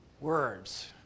words